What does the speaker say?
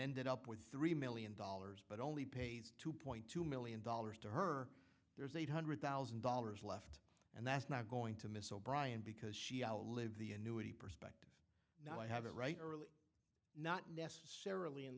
ended up with three million dollars but only pays two point two million dollars to her there's eight hundred thousand dollars left and that's not going to miss o'brian because she lived the annuity perspex now i have it right early not necessarily and